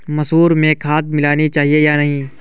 मसूर में खाद मिलनी चाहिए या नहीं?